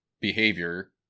behavior